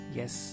yes